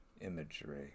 imagery